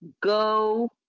Go